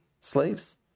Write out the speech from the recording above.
slaves